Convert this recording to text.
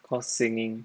cause singing